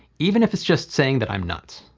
even if it's just saying that i'm nuts.